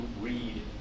read